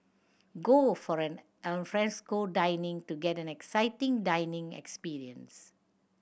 go for an alfresco dining to get an exciting dining experience